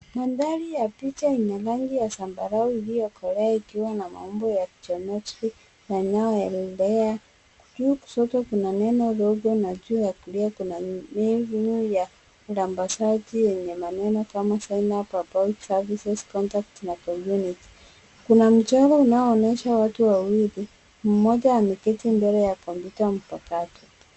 Madhari ya picha ina rangi ya zambarau iliyokolea ikiwa na maumbo ya geometric yanayo elea. Juu kushoto kuna neno Logo na juu ya kulia kuna menyu ya ndambazaji yenye maneno kama [cs ]sign up, about, services, contacts na community . Kuna mchoro unaoonyesha watu wawili, mmoja ameketi mbele ya kompyuta mpakato.